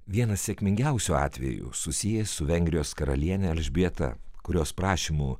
vienas sėkmingiausių atvejų susijęs su vengrijos karaliene elžbieta kurios prašymu